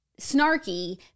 snarky